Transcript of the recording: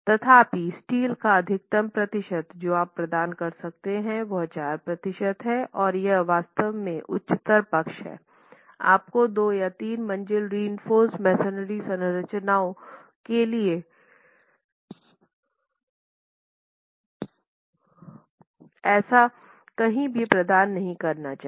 तथापि स्टील का अधिकतम प्रतिशत जो आप प्रदान कर सकते हैं वह 4 प्रतिशत है और यह वास्तव में उच्चतर पक्ष है आपको 2 या 3 मंजिला रिइंफोर्स मेसनरी संरचनाओं के लिए ऐसा कहीं भी प्रदान नहीं करना चाहिए